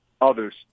others